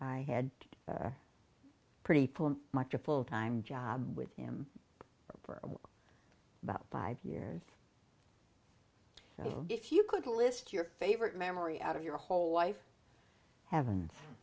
i had pretty much a full time job with him for about five years so if you could list your favorite memory out of your whole life i have